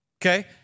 Okay